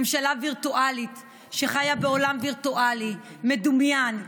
ממשלה וירטואלית שחיה בעולם וירטואלי, מדומיין.